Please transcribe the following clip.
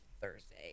thursday